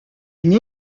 une